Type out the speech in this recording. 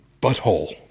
butthole